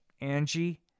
Angie